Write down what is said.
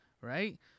right